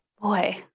Boy